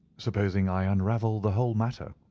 supposing i unravel the whole matter,